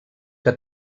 que